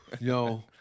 No